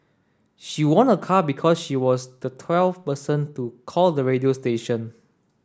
she won a car because she was the twelfth person to call the radio station